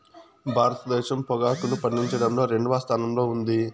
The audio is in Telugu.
భారతదేశం పొగాకును పండించడంలో రెండవ స్థానంలో ఉంది